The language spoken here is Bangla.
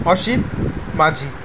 অসিত মাঝি